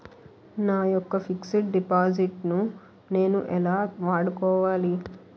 నా యెక్క fixed deposit ను నేను ఎలా వాడుకోవాలి?